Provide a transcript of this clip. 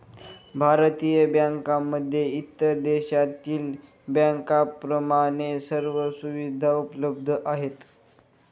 भारतीय बँकांमध्ये इतर देशातील बँकांप्रमाणे सर्व सुविधा उपलब्ध आहेत